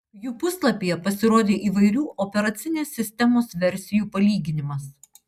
jų puslapyje pasirodė įvairių operacinės sistemos versijų palyginimas